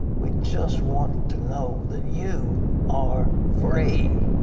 we just want to know that you are free.